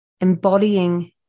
embodying